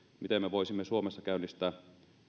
miten me voisimme suomessa käynnistää